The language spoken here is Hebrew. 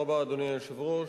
אדוני היושב-ראש,